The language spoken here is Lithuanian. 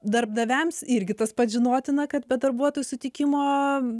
darbdaviams irgi tas pats žinotina kad be darbuotojų sutikimo